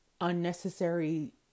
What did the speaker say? unnecessary